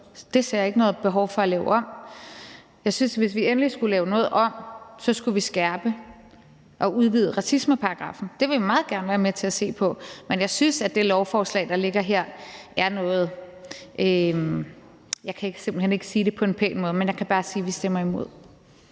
det ser jeg ikke noget behov for at lave om på. Jeg synes, at hvis vi endelig skulle lave noget om, skulle vi skærpe og udvide racismeparagraffen. Det vil vi meget gerne være med til at se på, men jeg synes, at det lovforslag, der ligger her, er noget ... Jeg kan simpelt hen ikke sige på en pæn måde. Jeg kan bare sige, at vi stemmer imod